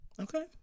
Okay